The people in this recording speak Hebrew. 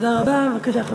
תודה רבה.